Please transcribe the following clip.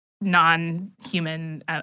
non-human